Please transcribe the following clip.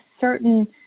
certain